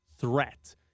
threat